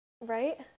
right